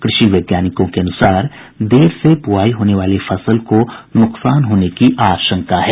कृषि वैज्ञानिकों के अनुसार देर से बुआई होने वाली फसल को नुकसान होने की आशंका है